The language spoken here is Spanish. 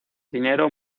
dinero